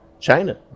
china